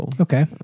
Okay